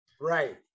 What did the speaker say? Right